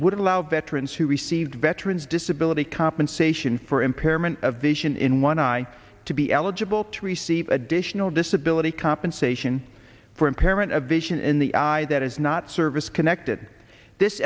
would allow veterans who receive veterans disability compensation for impairment of vision in one eye to be eligible to receive additional disability compensation for impairment of vision in the eye that is not service connected this